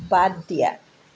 বাদ দিয়া